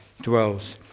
dwells